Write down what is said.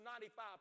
95%